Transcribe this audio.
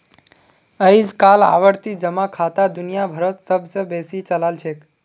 अइजकाल आवर्ती जमा खाता दुनिया भरोत सब स बेसी चलाल छेक